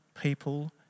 people